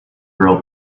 girl